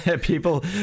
people